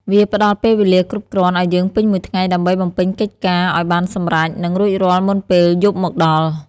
វាផ្ដល់ពេលវេលាគ្រប់គ្រាន់ ឱ្យយើងពេញមួយថ្ងៃដើម្បីបំពេញកិច្ចការឱ្យបានសម្រេច និងរួចរាល់មុនពេលយប់មកដល់ ។